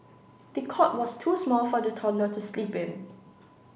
the cot was too small for the toddler to sleep in